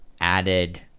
added